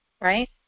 right